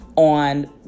on